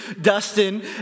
Dustin